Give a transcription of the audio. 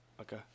Okay